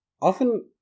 often